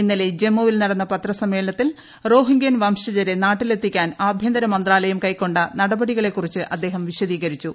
ഇന്നലെ ജമ്മുവിൽ നടന്ന പത്രസമ്മേളനത്തിൽ റോഹിംഗ്യൻ വംശജരെ നാട്ടിലെത്തിക്കാൻ ആഭ്യന്തരമന്ത്രാലയം കൈക്കൊണ്ട നടപടികളെക്കുറിച്ച് അദ്ദേഹം വിശദീകരിച്ചു